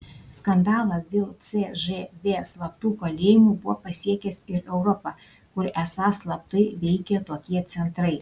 skandalas dėl cžv slaptų kalėjimų buvo pasiekęs ir europą kur esą slaptai veikė tokie centrai